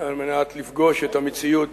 על מנת לפגוש את המציאות,